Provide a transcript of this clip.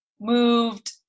Moved